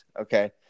Okay